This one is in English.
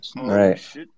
right